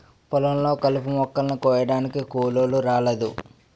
పొలం లో కంపుమొక్కలని కొయ్యడానికి కూలోలు రాలేదు